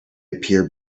appear